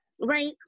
right